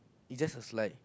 is just a slide